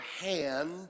hand